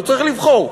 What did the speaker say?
הוא צריך לבחור.